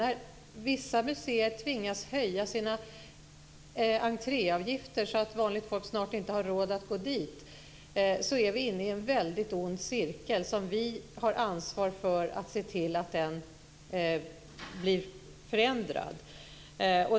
När vissa museer tvingas höja sina entréavgifter så att vanligt folk snart inte har råd att gå dit, är vi inne i en väldigt ond cirkel, och vi har ansvar för att se till att detta förändras.